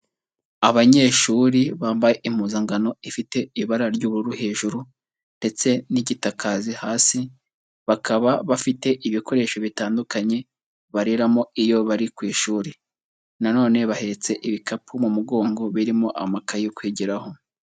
Abanyeshuri bambaye impuzankano ifite ibara ry'ubururu hejuru ndetse n'igitakazi hasi, bakaba bafite ibikoresho bitandukanye bariramo iyo bari ku ishuri, nanone bahetse ibikapu mu mugongo birimo amakayi yo kwigiraho.